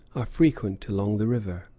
are frequent along the river.